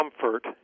comfort